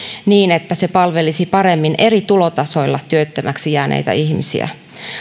niin että se palvelisi paremmin eri tulotasoilla työttömäksi jääneitä ihmisiä